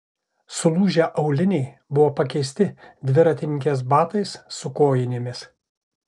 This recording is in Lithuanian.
sulūžę auliniai buvo pakeisti dviratininkės batais su kojinėmis